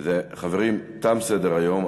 חברים, תם סדר-היום.